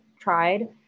tried